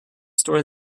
story